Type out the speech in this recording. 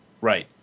Right